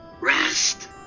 rest